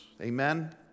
Amen